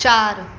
चार